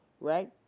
right